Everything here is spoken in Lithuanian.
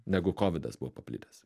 negu kovidas buvo paplitęs